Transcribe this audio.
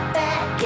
back